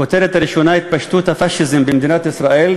הכותרת הראשונה: התפשטות הפאשיזם במדינת ישראל.